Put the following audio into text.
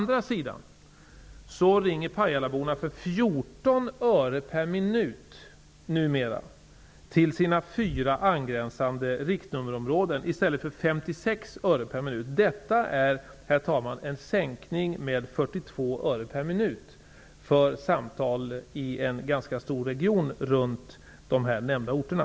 Däremot ringer pajalaborna numera för 14 öre per minut till sina fyra angränsande riktnummerområden, i stället för 56 öre per minut. Detta är, herr talman, en sänkning med 42 öre per minut för samtal i en ganska stor region runt de nämnda orterna.